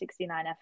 69F